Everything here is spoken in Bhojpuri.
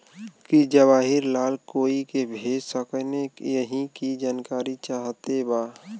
की जवाहिर लाल कोई के भेज सकने यही की जानकारी चाहते बा?